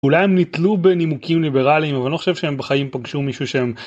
אולי הם נתלו בנימוקים ליברליים אבל אני לא חושב שהם בחיים פגשו מישהו שהם